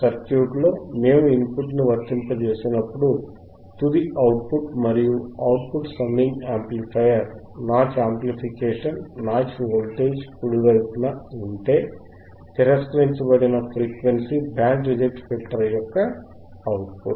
circuit లో మేము input ని వర్తింపజేసినప్పుడు తుది అవుట్ పుట్ మరియు output summing amplifier notch amplification notch voltage కుడివైపు ఉంటే తిరస్కరించబడిన ఫ్రీక్వెన్సీ బ్యాండ్ రిజెక్ట్ ఫిల్టర్ యొక్క అవుట్పుట్